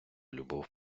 любов